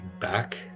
back